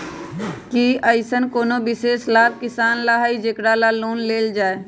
कि अईसन कोनो विशेष लाभ किसान ला हई जेकरा ला लोन लेल जाए?